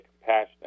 compassionate